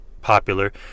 popular